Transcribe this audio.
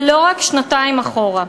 ולא רק שנתיים אחורה.